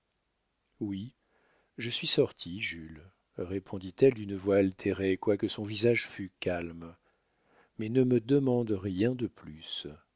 allée oui je suis sortie jules répondit-elle d'une voix altérée quoique son visage fût calme mais ne me demande rien de plus